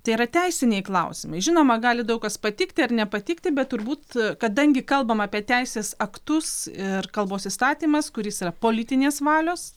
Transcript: tai yra teisiniai klausimai žinoma gali daug kas patikti ar nepatikti bet turbūt kadangi kalbam apie teisės aktus ir kalbos įstatymas kuris yra politinės valios